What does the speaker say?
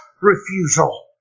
Refusal